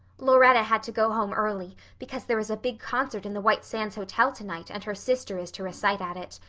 lauretta had to go home early because there is a big concert in the white sands hotel tonight and her sister is to recite at it.